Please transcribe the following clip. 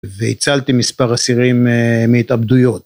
והצלתי מספר אסירים מהתאבדויות.